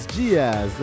dias